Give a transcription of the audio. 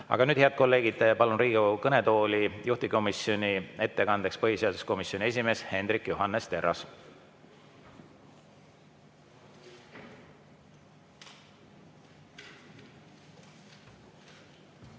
nüüd, head kolleegid, palun Riigikogu kõnetooli juhtivkomisjoni ettekandeks, põhiseaduskomisjoni esimees Hendrik Johannes Terras!